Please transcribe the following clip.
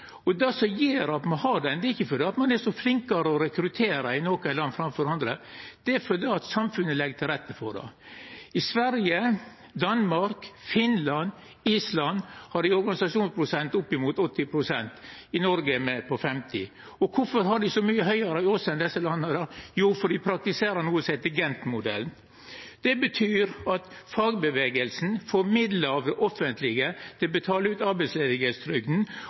at me har dette, er ikkje at ein er flinkare til å rekruttere i nokre land enn i andre, men at samfunnet legg til rette for det. I Sverige, Danmark, Finland og Island har dei ein organisasjonsprosent på opp mot 80 – i Noreg ligg me på 50 pst. Og kvifor ligg dei så mykje høgare enn oss i desse landa? Jo, fordi dei praktiserer noko som heiter Gent-modellen. Det betyr at fagbevegelsen får midlar av det offentlege til å betala ut